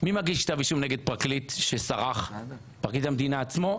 מי מגיש כתב אישום שסרח, פרקליט המדינה עצמו?